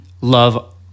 love